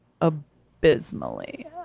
abysmally